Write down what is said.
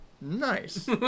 nice